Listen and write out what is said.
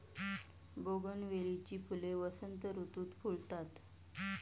बोगनवेलीची फुले वसंत ऋतुत फुलतात